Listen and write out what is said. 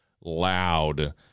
loud